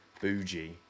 bougie